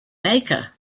mecca